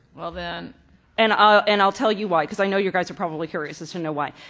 well, then and i'll and i'll tell you why because i know you guys are probably curious as to know why.